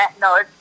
No